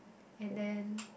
and then